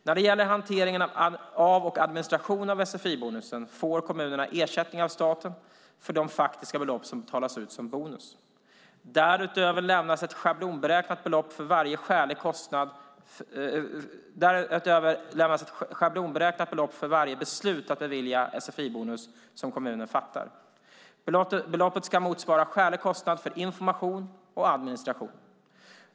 När det gäller hanteringen och administrationen av sfi-bonusen får kommunerna ersättning av staten för de faktiska belopp som betalas ut som bonus. Därutöver lämnas ett schablonberäknat belopp för varje beslut att bevilja sfi-bonus som kommunen fattar. Beloppet ska motsvara skälig kostnad för information och administration.